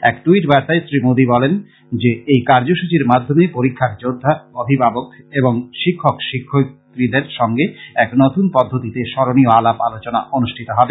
এক ট্যইট বার্তায় শ্রী মোদী বলেন যে এই কার্যসূচীর মাধ্যমে পরীক্ষার যোদ্ধা অভিভাবক এবং শিক্ষক শিক্ষয়িত্রীদের সঙ্গে এক নতুন পদ্ধতিতে স্মরণীয় আলাপ আলোচনা অনুষ্ঠিত হবে